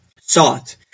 sought